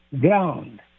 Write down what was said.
ground